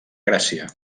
gràcia